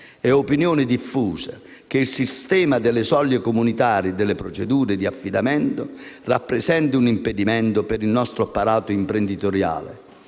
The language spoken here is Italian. È opinione diffusa che il sistema delle soglie comunitarie nelle procedure di affidamento rappresenti un impedimento per il nostro apparato imprenditoriale,